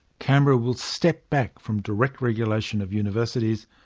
canberra will step back from direct regulation of universities,